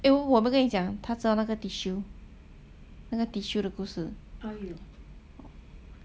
因为我有没有跟你讲他知道那个 tissue 那个 tissue 的故事